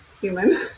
human